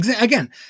Again